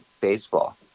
baseball